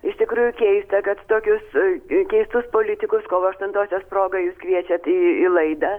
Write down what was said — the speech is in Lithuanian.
iš tikrųjų keista kad tokius keistus politikus kovo aštuntosios proga jūs kviečiat į laidą